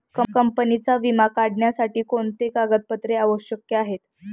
कंपनीचा विमा काढण्यासाठी कोणते कागदपत्रे आवश्यक आहे?